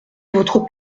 votre